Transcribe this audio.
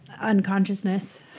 unconsciousness